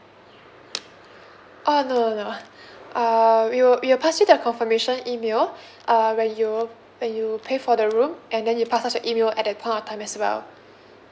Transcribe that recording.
oh no no no uh we'll we'll pass you the confirmation email uh when you when you pay for the room and then you pass us your email at that point of time as well